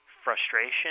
frustration